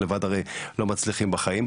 הרי לבד לא מצליחים בחיים.